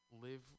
Live